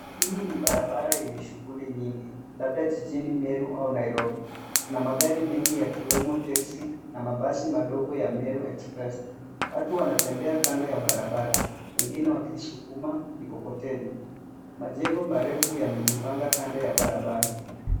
Hii ni barabara yenye shughuli nyingi labda jijini Meru au Nairobi kuna magari mengi yakiwemo teksi na mabasi madogo ya Meru express watu wanatembea kando ya barabara wengine wakisukuma mikokoteni majengo marefu yamejipanga kando ya barabara.